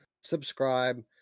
subscribe